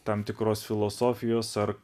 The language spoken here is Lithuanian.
tam tikros filosofijos ar